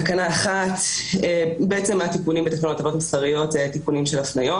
התיקונים כאן זה תיקונים של הפניות.